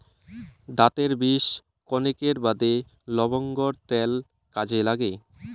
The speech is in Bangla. দাতের বিষ কণেকের বাদে লবঙ্গর ত্যাল কাজে নাগে